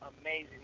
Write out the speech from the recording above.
amazing